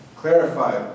clarify